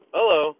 Hello